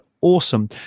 awesome